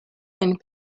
and